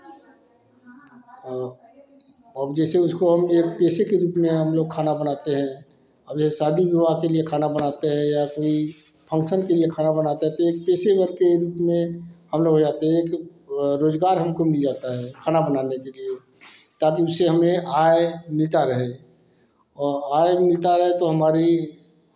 औ और जैसे उसको हम एक पेशे के रूप में हम लोग खाना बनाते हैं अब जैसे शादी विवाह के लिए खाना बनाते हैं या कोई फंक्शन के लिए खाना बनाते हैं तो एक पेशेवर के रूप में हम लोग हो जाते हैं कि रोज़गार हमको मिल जाता है खाना बनाने के लिए ताकि उससे हमें आय मिलता रहे आय मिलता रहे तो हमारी